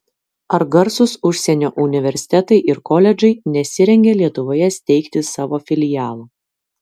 ar garsūs užsienio universitetai ir koledžai nesirengia lietuvoje steigti savo filialų